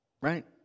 Right